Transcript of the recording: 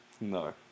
No